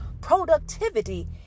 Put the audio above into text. productivity